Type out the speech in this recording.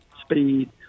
speed